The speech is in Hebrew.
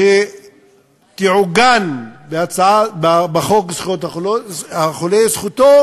שתעוגן בחוק זכויות החולה זכותו